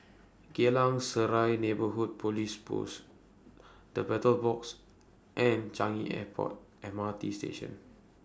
Geylang Serai Neighbourhood Police Post The Battle Box and Changi Airport M R T Station